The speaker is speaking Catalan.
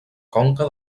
conca